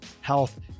health